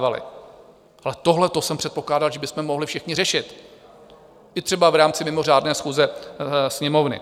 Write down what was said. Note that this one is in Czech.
Ale tohle jsem předpokládal, že bychom mohli všichni řešit, i třeba v rámci mimořádné schůze Sněmovny.